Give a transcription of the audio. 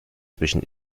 zwischen